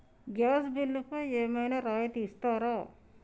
Gas బిల్లుపై ఏమైనా రాయితీ ఇస్తారా?